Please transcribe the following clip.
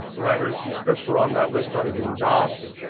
the writers whose scripts were on that list started getting jobs,